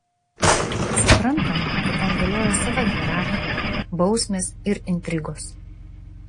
suprantama kad ten galiojo sava hierarchija bausmės ir intrigos